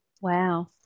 Wow